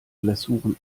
blessuren